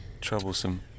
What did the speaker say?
troublesome